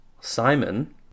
Simon